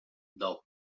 del